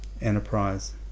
enterprise